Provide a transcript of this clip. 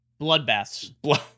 bloodbaths